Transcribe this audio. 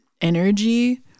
energy